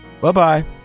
Bye-bye